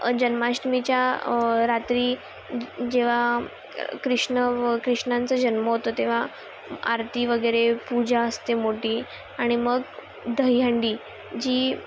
जन्माष्टमीच्या रात्री जेव्हा कृष्ण व कृष्णाचा जन्म होतो तेव्हा आरती वगैरे पूजा असते मोठी आणि मग दहीहंडी जी